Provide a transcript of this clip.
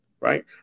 Right